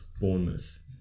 Bournemouth